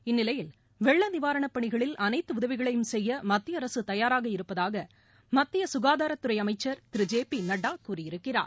இந்நிலையில் வெள்ள நிவாரணப் பணிகளில் அனைத்து உதவிகளையும் செய்ய மத்திய அரசு தயாராக இருப்பதாக மத்திய சுகாதாரத்துறை அமைச்சா் திரு ஜே பி நட்டா கூறியிருக்கிறார்